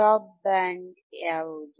stop band ಯಾವುದು